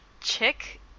Chick